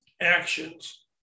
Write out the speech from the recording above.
actions